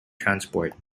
transport